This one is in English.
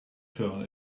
turn